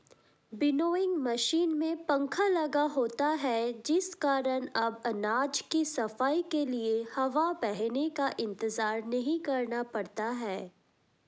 winnowing machine में पंखा लगा होता है जिस कारण अब अनाज की सफाई के लिए हवा बहने का इंतजार नहीं करना पड़ता है